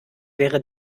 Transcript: wäre